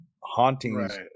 hauntings